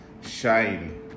shine